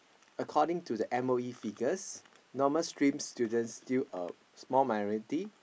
according to the M_O_E figures normal streams students still a small minority